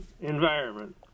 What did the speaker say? environment